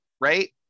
right